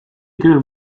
küll